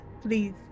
please